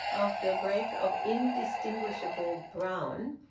after a break of indistinguishable brown,